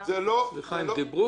הם דיברו כולם.